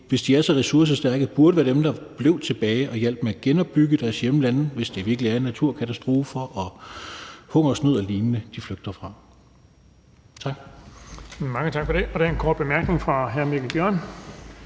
hvis de er så ressourcestærke, burde være dem, der blev tilbage og hjalp med at genopbygge deres hjemlande, hvis det virkelig er naturkatastrofer, hungersnød og lignende, de flygter fra. Tak. Kl. 19:15 Den fg. formand (Erling Bonnesen): Mange tak for det. Der er en kort bemærkning fra hr. Mikkel Bjørn.